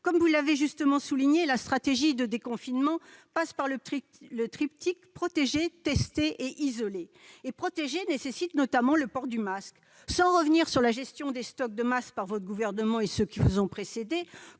Comme vous l'avez justement souligné, la stratégie de déconfinement passe par le triptyque « protéger, tester et isoler ». Et protéger nécessite notamment le port du masque. Sans revenir sur la gestion des stocks de masques par votre gouvernement et ceux qui l'ont précédé,